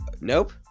Nope